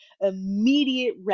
immediate